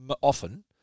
often –